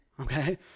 Okay